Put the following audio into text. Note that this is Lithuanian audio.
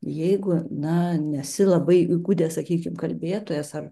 jeigu na nesi labai įgudęs sakykim kalbėtojas ar